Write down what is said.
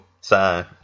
sign